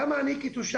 למה אני כתושב,